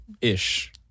ish